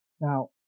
Now